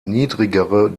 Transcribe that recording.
niedrigere